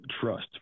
trust